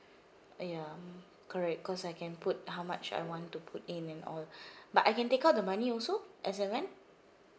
ah ya mm correct cause I can put how much I want to put in and all but I can take out the money also as in rent